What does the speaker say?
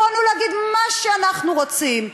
יכולנו להגיד מה שאנחנו רוצים,